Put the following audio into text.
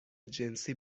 جنسی